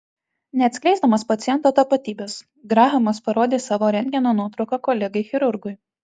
neatskleisdamas paciento tapatybės grahamas parodė savo rentgeno nuotrauką kolegai chirurgui